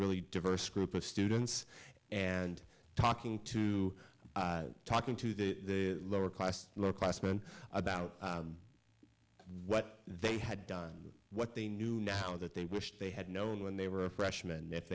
really diverse group of students and talking to talking to the lower class lower class men about what they had done what they knew now that they wished they had known when they were a freshman